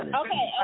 okay